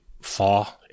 far